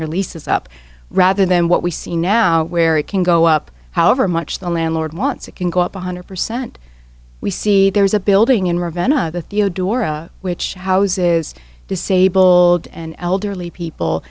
your lease is up rather than what we see now where it can go up however much the landlord wants it can go up one hundred percent we see there's a building in ravenna theodora which houses disabled and elderly people